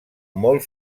molt